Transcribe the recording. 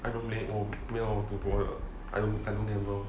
I don't play oh 没有赌博的 I don't gamble